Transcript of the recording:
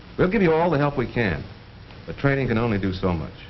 we'll give you all the help we can a trainer can only do so much.